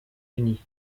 unis